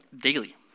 daily